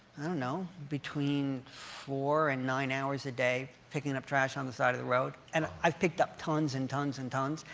i don't know, between four and nine hours a day picking up trash on the side of the road. and i've picked up tons and tons and tons.